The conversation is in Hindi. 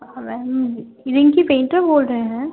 हाँ मैम रिंकी पेंटर बोल रहे हैं